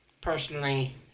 personally